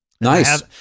Nice